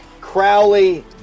Crowley